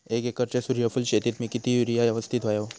एक एकरच्या सूर्यफुल शेतीत मी किती युरिया यवस्तित व्हयो?